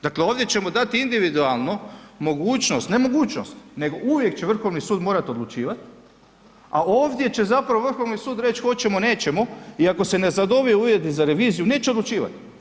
Dakle, ovdje ćemo dati individualno mogućnost, ne mogućnost nego uvijek će Vrhovni sud morat odlučivat, a ovdje će zapravo Vrhovni sud reći hoćemo, nećemo iako se ne zadobiju uvjeti za reviziju neće odlučivat.